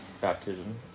baptism